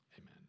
Amen